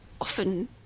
often